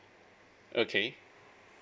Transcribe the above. okay